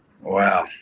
wow